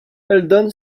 eldon